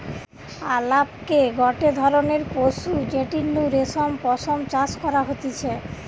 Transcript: আলাপকে গটে ধরণের পশু যেটির নু রেশম পশম চাষ করা হতিছে